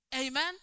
Amen